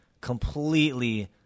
completely